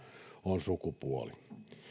on sukupuoli